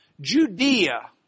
Judea